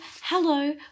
hello